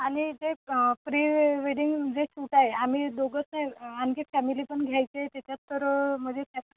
आणि जे प्री वे वेडिंग जे शूट आहे आम्ही दोघंच आणखी फॅमिली पण घ्यायचे आहे त्याच्यात तर म्हणजे त्यात